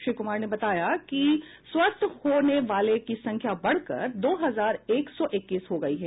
श्री कुमार ने बताया कि स्वस्थ होने वालों की संख्या बढ़कर दो हजार एक सौ इक्कीस हो गयी है